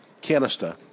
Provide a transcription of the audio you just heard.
canister